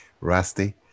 Rusty